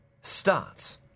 starts